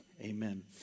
amen